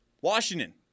Washington